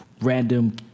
random